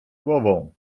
głową